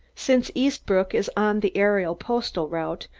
since eastbrook is on the aerial postal route,